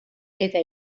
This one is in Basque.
eta